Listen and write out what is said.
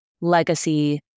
legacy